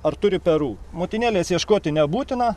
ar turi perų motinėlės ieškoti nebūtina